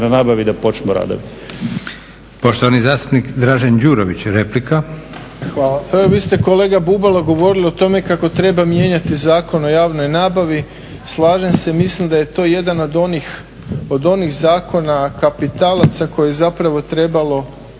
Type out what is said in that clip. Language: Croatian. **Leko, Josip (SDP)** Poštovani zastupnik Dražen Đurović, replika. **Đurović, Dražen (HDSSB)** Hvala. Pa evo vi ste kolega Bubalo govorili o tome kako treba mijenjati Zakon o javnoj nabavi. Slažem se, mislim da je to jedan od onih zakona kapitalaca koje bi zapravo trebalo